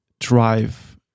drive